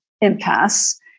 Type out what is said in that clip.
impasse